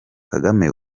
kagame